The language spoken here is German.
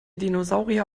dinosaurier